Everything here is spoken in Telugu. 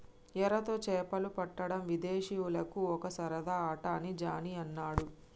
ఎరతో చేపలు పట్టడం విదేశీయులకు ఒక సరదా ఆట అని జానీ అన్నాడు